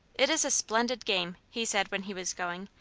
it is a splendid game, he said when he was going,